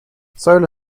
solar